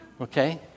Okay